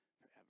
forever